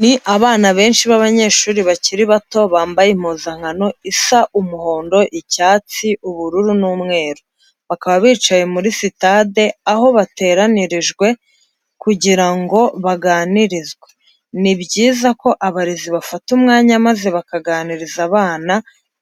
Ni abana benshi b'abanyeshuri bakiri bato, bambaye impuzankano isa umuhondo, icyatsi, ubururu n'umweru. Bakaba bicaye muri sitade aho bateranyirijwe kugira ngo baganirizwe. Ni byiza ko abarezi bafata umwanya maze bakaganiriza abana,